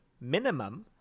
minimum